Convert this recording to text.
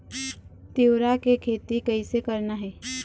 तिऊरा के खेती कइसे करना हे?